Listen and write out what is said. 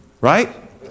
Right